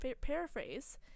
Paraphrase